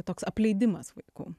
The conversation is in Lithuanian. toks apleidimas vaikų